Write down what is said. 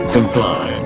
Comply